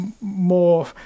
more